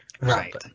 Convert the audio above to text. Right